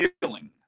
healing